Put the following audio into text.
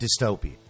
dystopia